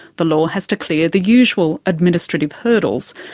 the law has to clear the usual administrative hurdles,